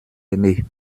aimés